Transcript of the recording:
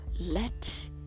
let